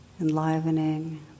enlivening